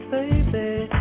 Baby